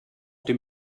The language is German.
dem